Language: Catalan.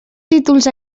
títols